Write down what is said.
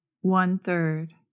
one-third